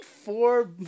Four